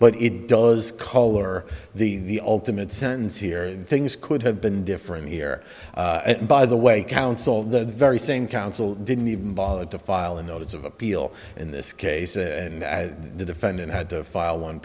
but it does color the ultimate sentence here things could have been different here by the way counsel the very same counsel didn't even bother to file a notice of appeal in this case and the defendant had to file one